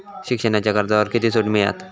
शिक्षणाच्या कर्जावर सूट किती मिळात?